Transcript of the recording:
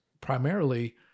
primarily